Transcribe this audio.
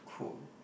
cool